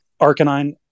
Arcanine